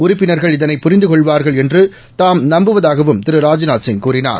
உறுப்பினா்கள் இதனை புரிந்து கொள்வார்கள் என்று தாம் நம்புவதாகவும் திரு ராஜ்நாத்சிங் கூறினார்